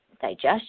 digestion